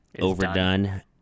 overdone